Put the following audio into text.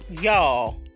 Y'all